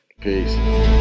Peace